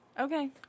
Okay